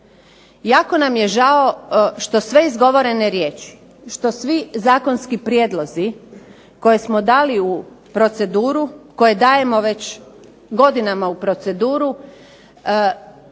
jako nam je žao što sve izgovorene riječi, što svi zakonski prijedlozi koje smo dali u proceduru, koje dajemo već godinama u proceduru,